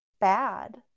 bad